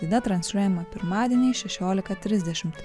laida transliuojama pirmadieniais šešiolika trisdešimt